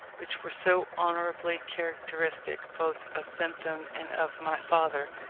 which were so honourably characteristic both of bentham and of my father,